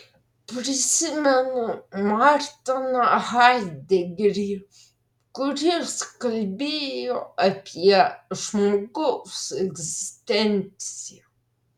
prisimenu martiną haidegerį kuris kalbėjo apie žmogaus egzistenciją